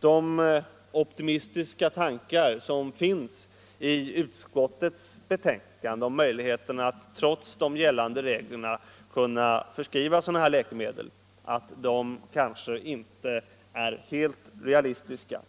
de optimistiska tankar som skymtar i utskottets betänkande om möjligheterna att trots de gällande reglerna förskriva sådana här läkemedel kanske inte är helt realistiska.